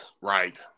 right